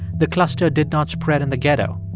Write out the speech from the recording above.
the cluster did not spread in the ghetto.